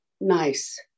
nice